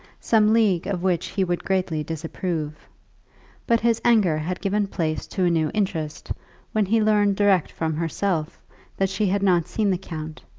some league of which he would greatly disapprove but his anger had given place to a new interest when he learned direct from herself that she had not seen the count,